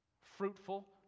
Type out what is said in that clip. fruitful